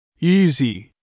Easy